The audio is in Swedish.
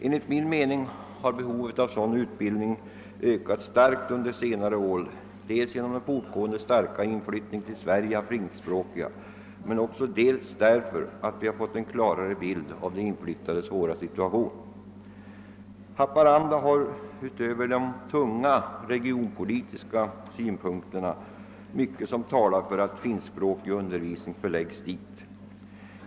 Enligt min mening har behovet av sådan utbildning ökat starkt under senare år genom den fortgående starka inflyttningen till Sverige av finskspråkiga barn men också därför att vi har fått en klarare bild av de inflyttades svåra situation. Haparanda har, utöver de tunga regionpolitiska synpunkterna, mycket som talar för att finskspråkig undervisning förläggs dit.